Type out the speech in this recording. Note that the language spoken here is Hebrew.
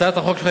הצעת החוק שלך,